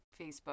Facebook